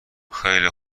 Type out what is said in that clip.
خیلی